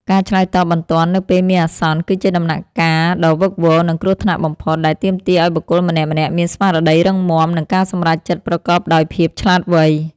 ការឆ្លើយតបបន្ទាន់នៅពេលមានអាសន្ន គឺជាដំណាក់កាលដ៏វីកវរ និងគ្រោះថ្នាក់បំផុត ដែលទាមទារឱ្យបុគ្គលម្នាក់ៗមានស្មារតីរឹងមាំ និងការសម្រេចចិត្តប្រកបដោយភាពឆ្លាតវៃ។